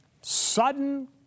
Sudden